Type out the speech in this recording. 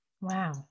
Wow